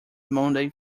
monday